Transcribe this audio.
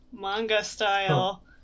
manga-style